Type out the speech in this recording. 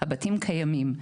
הבתים קיימים.